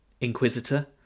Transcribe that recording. inquisitor